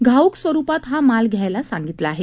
घाऊक स्वरूपात हा माल घ्यायला सांगितलं आहे